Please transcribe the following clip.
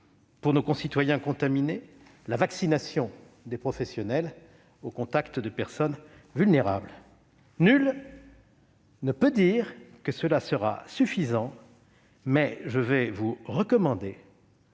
de nos concitoyens contaminés, la vaccination des professionnels au contact de personnes vulnérables. Nul ne peut dire que cela sera suffisant, mais je vais vous recommander